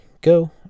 go